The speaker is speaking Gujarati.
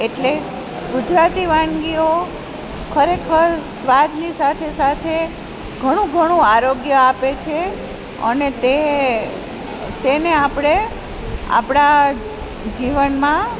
એટલે ગુજરાતી વાનગીઓ ખરેખર સ્વાદની સાથે સાથે ઘણું ઘણું આરોગ્ય આપે છે અને તે તેને આપણે આપણાં જીવનમાં